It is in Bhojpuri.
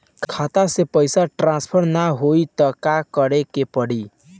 खाता से पैसा टॉसफर ना होई त का करे के पड़ी?